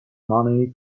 money